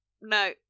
No